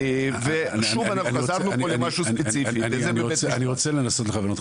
אני רוצה לנסות לכוון אותך.